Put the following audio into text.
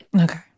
Okay